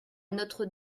notre